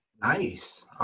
Nice